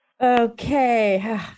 Okay